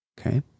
Okay